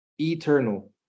eternal